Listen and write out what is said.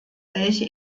welche